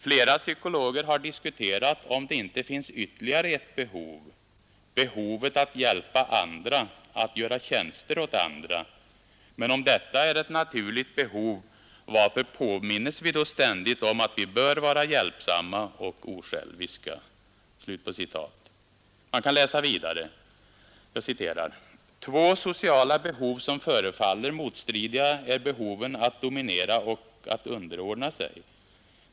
Flera psykologer har diskuterat, om det inte finns ytterligare ett behov: behovet att hjälpa andra, att göra tjänster åt andra. Men om detta är ett naturligt behov. varför påminnes vi då ständigt om att vi bör vara hjälpsamma och osjälviska? ” Jag viterar vidare: ”Tva sociala behov som förefaller motstridiga är behoven att dommera och att underordna sig.